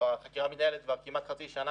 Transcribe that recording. החקירה מתנהלת כבר כמעט חצי שנה.